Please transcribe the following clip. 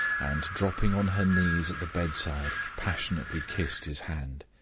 and, dropping on her knees at the bedside, passionately kissed his hand.